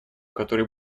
который